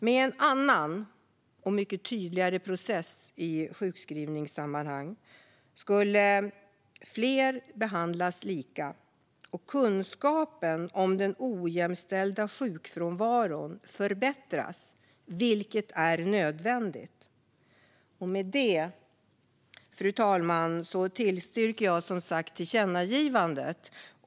Med en annan, mycket tydligare, process i sjukskrivningssammanhang skulle fler behandlas lika och kunskapen om den ojämställda sjukfrånvaron förbättras, vilket är nödvändigt. Med detta, fru talman, yrkar jag bifall till utskottets förslag om tillkännagivande.